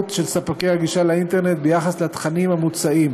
של ספקי הגישה לאינטרנט ביחס לתכנים המוצעים